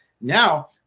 Now